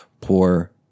poor